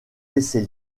laissés